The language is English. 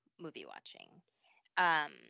movie-watching